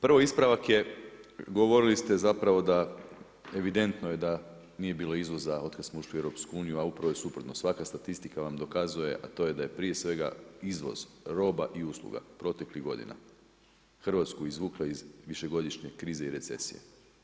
Prvo ispravak je, govorili ste zapravo da evidentno je da nije bilo izvoza od kad smo ušli u EU, a upravo je suprotno, svaka statistika vam dokazuje, a to je da je prije svega izvoz roba i usluga proteklih godina, Hrvatsku izvukla iz višegodišnje krize i recesije.